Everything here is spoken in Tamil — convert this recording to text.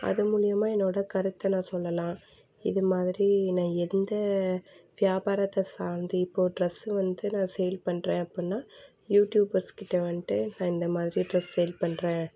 அது மூலயமா என்னோடய கருத்தை நான் சொல்லலாம் இது மாதிரி நான் எந்த வியாபாரத்தை சார்ந்து இப்போது ட்ரெஸ்ஸு வந்து நான் சேல் பண்ணுறேன் அப்புடின்னா யூட்யூபர்ஸ்கிட்ட வந்ட்டு நான் இந்த மாதிரி ட்ரெஸ் சேல் பண்ணுறேன்